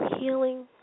healing